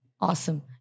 Awesome